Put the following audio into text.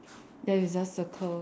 then you just circle